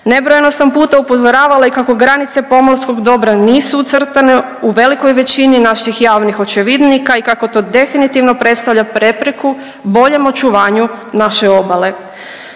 Nebrojeno sam puta upozoravala i kako granice pomorskog dobra nisu ucrtane u velikoj većini naših javnih očevidnika i kako to definitivno predstavlja prepreku boljem očuvanju naše obale.